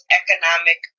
economic